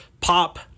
pop